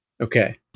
Okay